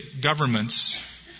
governments